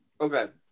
Okay